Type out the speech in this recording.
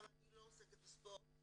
אבל אני לא עוסקת בספורט.